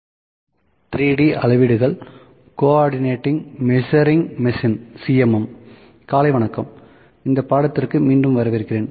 3D measurements Co ordinate Measuring Machine 3 D அளவீடுகள் coordinate measuring machine காலை வணக்கம் இந்த பாடத்திற்கு மீண்டும் வரவேற்கிறேன்